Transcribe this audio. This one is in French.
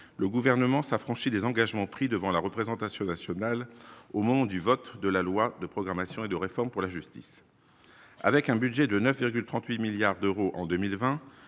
le gouvernement s'affranchit des engagements pris devant la représentation nationale, au moment du vote de la loi de programmation et de réforme pour la justice, avec un budget de 9,38 milliards d'euros en 2020,